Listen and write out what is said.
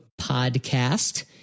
podcast